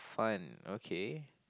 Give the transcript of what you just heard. fun okay